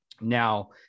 Now